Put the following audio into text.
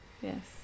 Yes